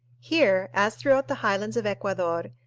here, as throughout the highlands of ecuador,